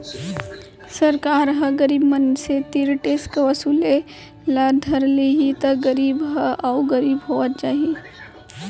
सरकार ह गरीब मनसे तीर टेक्स वसूले ल धर लेहि त गरीब ह अउ गरीब होवत जाही